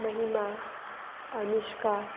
Mahima Anushka